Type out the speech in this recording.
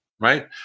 Right